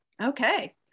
Okay